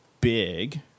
big